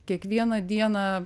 kiekvieną dieną